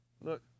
Look